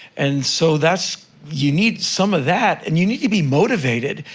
and so, that's you need some of that, and you need to be motivated.